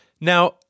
Now